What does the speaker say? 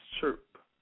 chirp